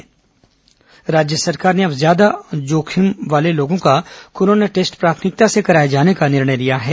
corona test राज्य सरकार ने अब ज्यादा जोखिम वाले लोगों का कोरोना टेस्ट प्राथमिकता से कराए जाने का निर्णय लिया है